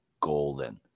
Golden